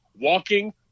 walking